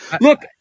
Look